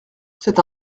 c’est